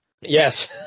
Yes